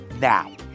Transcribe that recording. now